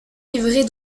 livrets